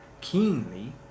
Keenly